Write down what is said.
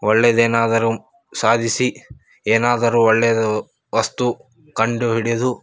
ಒಳ್ಳೇದು ಏನಾದರೂ ಸಾಧಿಸಿ ಏನಾದರೂ ಒಳ್ಳೆಯದು ವಸ್ತು ಕಂಡುಹಿಡಿದು